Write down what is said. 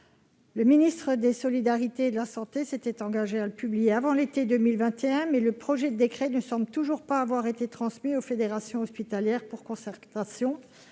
Le ministère des solidarités et de la santé s'était engagé à publier le décret avant l'été 2021, mais le projet de décret ne semble toujours pas avoir été transmis aux fédérations hospitalières pour concertation.